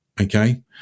okay